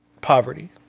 Poverty